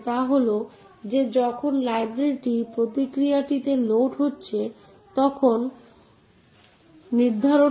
তাই এই কমান্ডগুলি সেই অনুরূপ অপারেটিং সিস্টেমগুলির জন্য অ্যাক্সেস নিয়ন্ত্রণ নীতিগুলিকে সংজ্ঞায়িত করে